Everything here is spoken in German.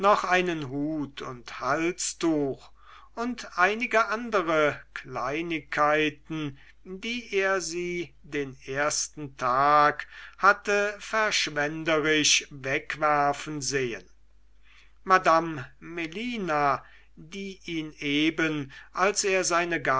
einen hut und halstuch und einige andere kleinigkeiten die er sie den ersten tag hatte verschwenderisch wegwerfen sehen madame melina die ihn eben als er seine